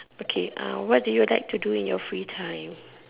okay what do you like to do on your free time